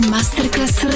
Masterclass